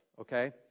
okay